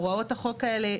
הוראות החוק האלה,